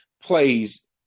plays